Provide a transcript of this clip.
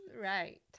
Right